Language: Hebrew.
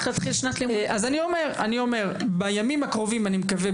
אז אני אומר בימים הקרובים אני מקווה,